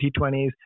T20s